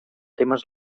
temes